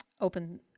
open